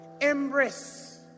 Embrace